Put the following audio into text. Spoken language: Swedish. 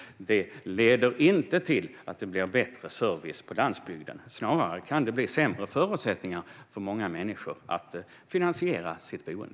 Det leder inte till att det blir bättre service på landsbygden; snarare kan förutsättningarna bli sämre för många människor att finansiera sitt boende.